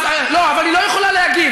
לא, אבל היא לא יכולה להגיב.